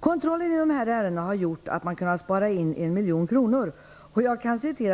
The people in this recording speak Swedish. Kontrollen i de här ärendena har gjort att man har kunnat spara in 1 miljon kronor.